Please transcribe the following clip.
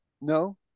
No